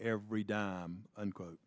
every dime unquote